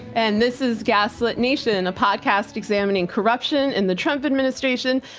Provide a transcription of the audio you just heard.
and this is gaslit nation, a podcast examining corruption in the trump administration,